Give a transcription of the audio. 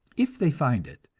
if they find it,